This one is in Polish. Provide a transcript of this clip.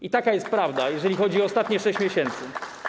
I taka jest prawda, jeżeli chodzi o ostatnie 6 miesięcy.